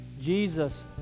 Jesus